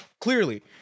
clearly